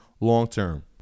long-term